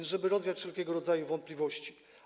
To żeby rozwiać wszelkiego rodzaju wątpliwości.